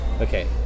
Okay